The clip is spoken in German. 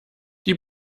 die